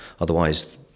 Otherwise